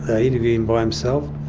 they interviewed him by himself,